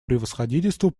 превосходительству